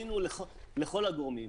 פנינו לכל הגורמים.